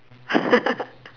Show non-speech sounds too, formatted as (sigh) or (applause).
(laughs)